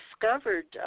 discovered